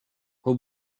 her